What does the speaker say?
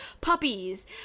puppies